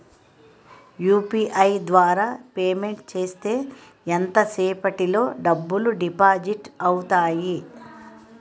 UPI ద్వారా payment చేస్తే ఎంత సేపటిలో డబ్బులు డిపాజిట్ అవుతాయి?